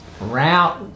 route